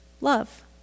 love